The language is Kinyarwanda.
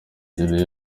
julien